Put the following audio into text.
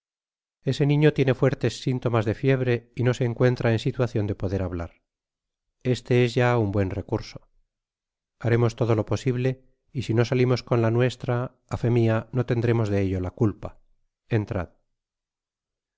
ese niño tiene fuertes sintomas de fiebre y no se encuentra en situacion de poder hablar este es ya un buen recurso harémos todo lo posible y sino salimos con la nuestra á fé mia no tendrémos de ello la culpa entrad